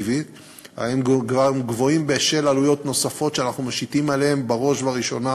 והם גבוהים בשל עלויות נוספות שאנחנו משיתים עליהם בראש ובראשונה